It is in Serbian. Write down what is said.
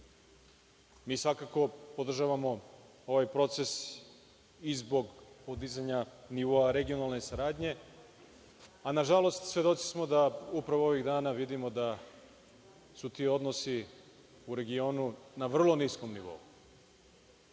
Svakako podržavamo ovaj proces i zbog podizanja nivoa regionalne saradnje, a nažalost svedoci smo da upravo ovih dana vidimo da su ti odnosi u regionu na vrlo niskom nivou,